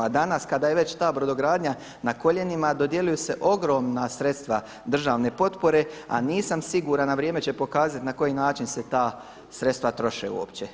A danas kada je već ta brodogradnja na koljenima dodjeljuju se ogromna sredstva državne potpore a nisam siguran, a vrijeme će pokazati na koji način se ta sredstva troše uopće.